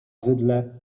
zydle